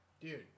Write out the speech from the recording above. Dude